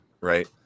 right